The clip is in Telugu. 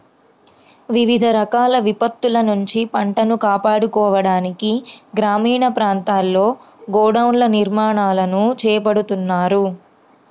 వివిధ రకాల విపత్తుల నుంచి పంటను కాపాడుకోవడానికి గ్రామీణ ప్రాంతాల్లో గోడౌన్ల నిర్మాణాలను చేపడుతున్నారు